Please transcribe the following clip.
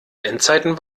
endzeiten